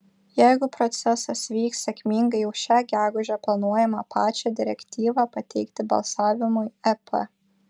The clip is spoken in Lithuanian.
jeigu procesas vyks sėkmingai jau šią gegužę planuojama pačią direktyvą pateikti balsavimui ep